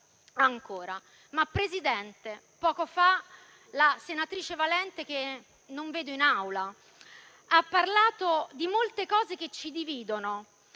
Presidente, poco fa la senatrice Valente, che non vedo ora in Aula, ha parlato delle molte cose che ci dividono